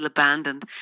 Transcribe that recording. abandoned